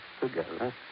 together